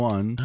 One